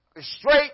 Straight